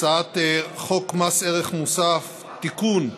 הצעת החוק מס ערך מוסף (תיקון,